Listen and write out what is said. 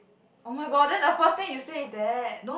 oh-my-god then the first thing you say is that